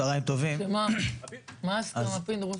מה ההסכמה פינדרוס?